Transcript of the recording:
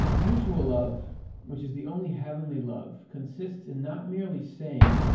mutual love which is the only heavenly love consists in not merely saying.